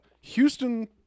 Houston